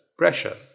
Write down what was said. pressure